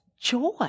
joy